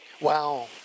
Wow